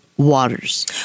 Waters